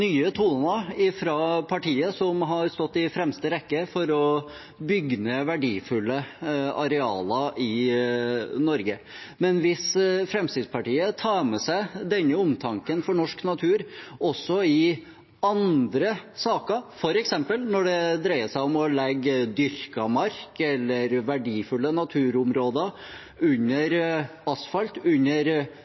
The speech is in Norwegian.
nye toner fra partiet som har stått i fremste rekke for å bygge ned verdifulle arealer i Norge. Men hvis Fremskrittspartiet tar med seg denne omtanken for norsk natur også i andre saker, f.eks. når det dreier seg om å legge dyrka mark eller verdifulle naturområder under asfalt, under